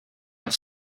have